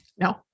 No